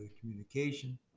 communication